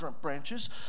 branches